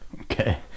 okay